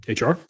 HR